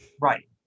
Right